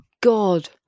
God